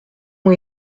ont